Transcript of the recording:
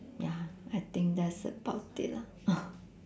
ya I think that's about it lah